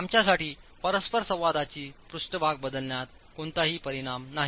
आमच्यासाठी परस्परसंवादाची पृष्ठभाग बदलण्यात कोणताही परिणाम नाही